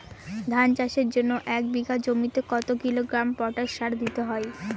ধান চাষের জন্য এক বিঘা জমিতে কতো কিলোগ্রাম পটাশ সার দিতে হয়?